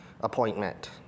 appointment